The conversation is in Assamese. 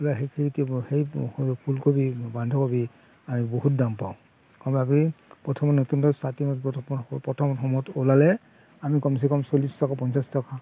সেই ফুলকবি বন্ধাকবি আমি বহুত দাম পাওঁ কমাবি প্ৰথমতে নতুনতে ষ্টাৰ্টিঙত প্ৰথমতে প্ৰথম সময়ত ওলালে আমি কমচে কম চল্লিছ টকা পঞ্চাছ টকা